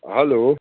hello